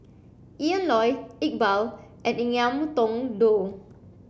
Ian Loy Iqbal and Ngiam Tong Dow